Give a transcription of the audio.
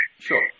Sure